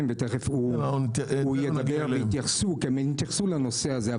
ותיכף הוא ידבר והם יתייחסו לנושא הזה.